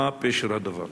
מה פשר הדבר?